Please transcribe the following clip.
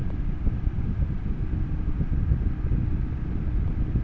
Credit কার্ডে দিনে কত টাকা খরচ করা যাবে?